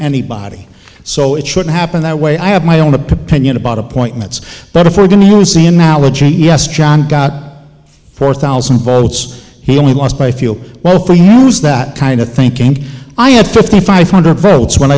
anybody so it shouldn't happen that way i have my own opinion about appointments but if we're going to see him now a change yes john got four thousand votes he only lost by a few well for him was that kind of thinking i had fifty five hundred votes when